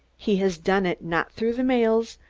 he has done it not through the mails,